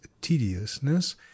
tediousness